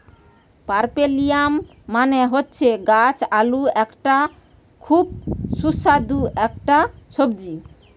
পার্পেলিয়াম মানে হচ্ছে গাছ আলু এটা খুব সুস্বাদু একটা সবজি